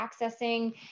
accessing